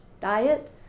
diet